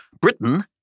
Britain